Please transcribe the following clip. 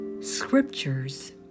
scriptures